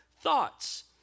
thoughts